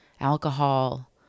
alcohol